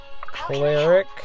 cleric